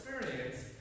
experience